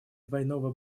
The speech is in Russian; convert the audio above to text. двойного